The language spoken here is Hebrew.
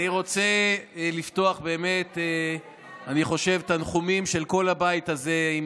אני רוצה לפתוח בתנחומים של כל הבית הזה,